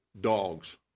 Dogs